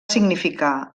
significar